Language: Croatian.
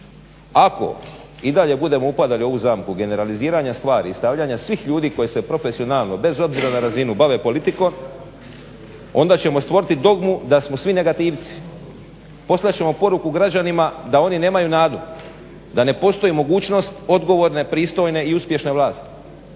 Ako i dalje budemo upadali u ovu zamku generaliziranja stvari i stavljanja svih ljudi koji se profesionalno bez obzira na razinu bave politikom onda ćemo stvoriti dogmu da smo svi negativci. Poslat ćemo poruku građanima da oni nemaju nadu, da ne postoji mogućnost odgovorne, pristojne i uspješne vlasti.